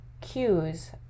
cues